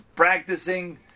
practicing